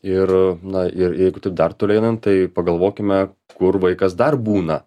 ir na ir jeigu taip dar toliau einant tai pagalvokime kur vaikas dar būna